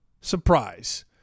surprise